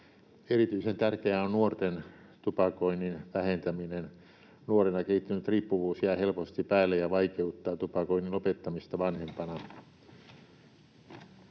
Erityisen tärkeää on nuorten tupakoinnin vähentäminen — nuorena kehittynyt riippuvuus jää helposti päälle ja vaikeuttaa tupakoinnin lopettamista vanhempana.